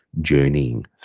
journeying